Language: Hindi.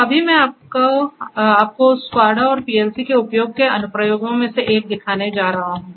तो अभी मैं आपको SCADA और PLC के उपयोग के अनुप्रयोगों में से एक दिखाने जा रहा हूं